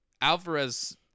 alvarez